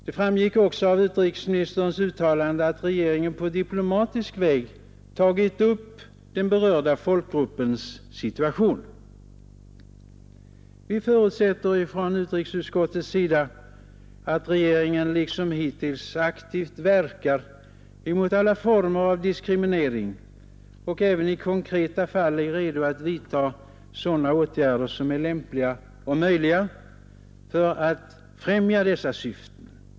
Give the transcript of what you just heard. Det framgick också av utrikesministerns uttalande att 13 april 1972 regeringen på diplomatisk väg tagit upp den berörda folkgruppens situation. Från utrikesutskottets sida förutsätter vi att regeringen liksom hittills aktivt verkar mot alla former av diskriminering och även i konkreta fall är redo att vidta sådana åtgärder som är lämpliga och möjliga för att främja dessa syften.